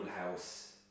house